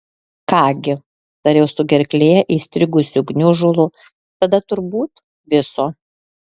ką gi tariau su gerklėje įstrigusiu gniužulu tada turbūt viso